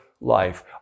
life